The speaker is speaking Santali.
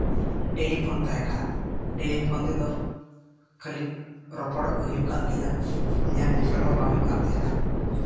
ᱴᱮᱞᱤᱯᱷᱳᱱ ᱛᱟᱦᱮᱸ ᱠᱟᱱᱟ ᱴᱮᱞᱤᱯᱷᱳᱱ ᱛᱮᱫᱚ ᱠᱷᱟᱹᱞᱤ ᱨᱚᱯᱚᱲᱚᱜ ᱜᱮ ᱦᱩᱭᱩᱜ ᱠᱟᱱ ᱛᱟᱦᱮᱸᱫᱼᱟ ᱧᱮᱞ ᱧᱮᱯᱮᱞ ᱦᱚᱸ ᱵᱟᱝ ᱦᱩᱭᱩᱜ ᱠᱟᱱ ᱛᱟᱦᱮᱸᱫᱼᱟ